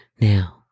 now